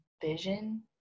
vision